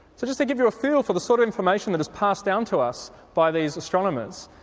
so just to give you a feel for the sort of information that is passed down to us by these astronomers,